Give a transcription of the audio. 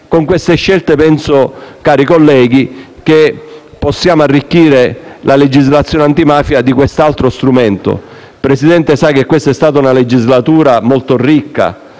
Con queste scelte, cari colleghi, possiamo arricchire la legislazione antimafia di questo altro strumento. Signor Presidente, lei sa che questa è stata una legislatura molto ricca